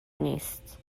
نیست